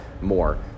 more